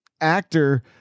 actor